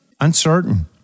Uncertain